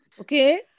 Okay